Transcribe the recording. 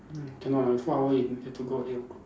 cannot ah four hour you have to go at eight O-clock